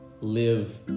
live